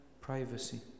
privacy